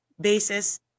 basis